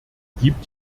gibt